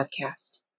podcast